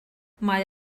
mae